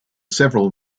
several